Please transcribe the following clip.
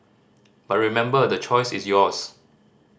but remember the choice is yours